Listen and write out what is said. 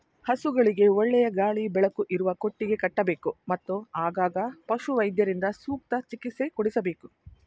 ಹಸುಗಳಿಗೆ ಒಳ್ಳೆಯ ಗಾಳಿ ಬೆಳಕು ಇರುವ ಕೊಟ್ಟಿಗೆ ಕಟ್ಟಬೇಕು, ಮತ್ತು ಆಗಾಗ ಪಶುವೈದ್ಯರಿಂದ ಸೂಕ್ತ ಚಿಕಿತ್ಸೆ ಕೊಡಿಸಬೇಕು